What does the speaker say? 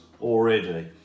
already